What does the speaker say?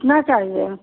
कितना चाहिए